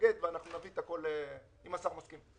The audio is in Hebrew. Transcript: ונביא את הכול, אם השר מסכים.